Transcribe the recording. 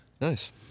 Nice